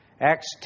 Acts